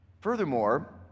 Furthermore